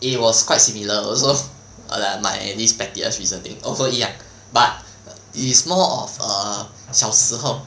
it was quite similar also the my this pettiest reasoning also 一样 but is more of err 小时候